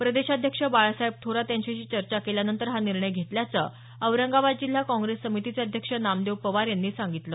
प्रदेशाध्यक्ष बाळासाहेब थोरात यांच्याशी चर्चा केल्यानंतर हा निर्णय घेतल्याचं औरंगाबाद जिल्हा काँग्रेस समितीचे अध्यक्ष नामदेव पवार यांनी सांगितल